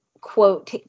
quote